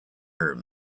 hurt